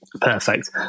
Perfect